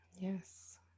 yes